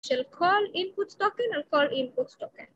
של כל inputs token על כל inputs token